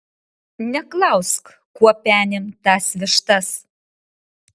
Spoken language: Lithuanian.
neklausk kuo penim tas vištas